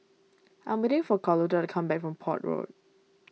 I am waiting for Carlota to come back from Port Road